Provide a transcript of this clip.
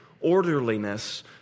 orderliness